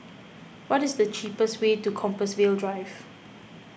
what is the cheapest way to Compassvale Drive